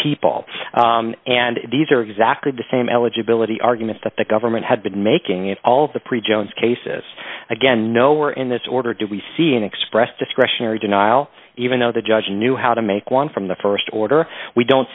people and these are exactly the same eligibility arguments that the government had been making of all of the pre jones cases again no where in this order do we see an expressed discretionary denial even though the judge knew how to make one from the st order we don't